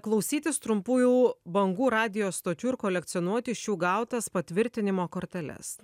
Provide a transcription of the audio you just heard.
klausytis trumpųjų bangų radijo stočių ir kolekcionuoti iš jų gautas patvirtinimo korteles